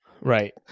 Right